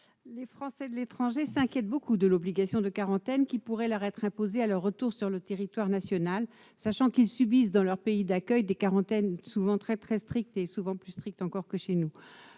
Les Français de l'étranger s'inquiètent beaucoup de l'obligation de quarantaine qui pourrait leur être imposée à leur retour sur le territoire national, alors qu'ils subissent dans leur pays d'accueil des quarantaines souvent très strictes- elles le sont parfois plus